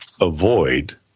avoid